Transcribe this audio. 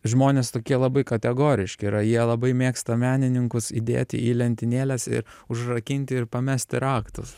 žmonės tokie labai kategoriški yra jie labai mėgsta menininkus įdėt į lentynėles ir užrakinti ir pamesti raktus